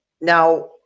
now